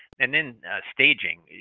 and then staging.